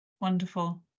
Wonderful